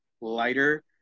lighter